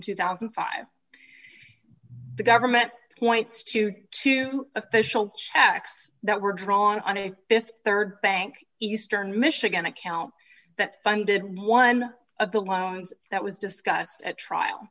two thousand and five the government points to two official checks that were drawn on a th rd bank eastern michigan account that funded one of the loans that was discussed at trial